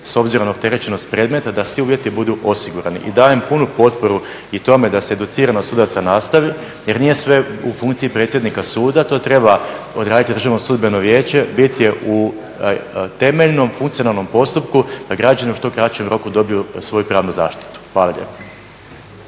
s obzirom na opterećenost predmeta, da svi uvjeti budu osigurani. I dajem punu potporu i tome da se educiranost sudaca nastavi jer nije sve u funkciji predsjednika suda, to treba odraditi Državno sudbeno vijeće, bit je u temeljnom funkcionalnom postupku da građani u što kraćem roku dobiju svoju pravnu zaštitu. Hvala lijepa.